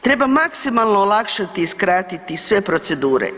Treba maksimalno olakšati i skratiti sve procedure.